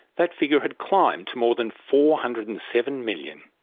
that figure had climbed to more than four hundred and seven million